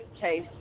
case